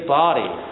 body